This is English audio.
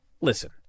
Listen